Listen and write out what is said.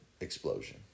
explosion